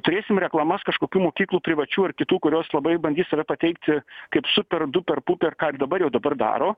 turėsim reklamas kažkokių mokyklų privačių ar kitų kurios labai bandys save pateikti kaip super duper puper ką ir dabar jau dabar daro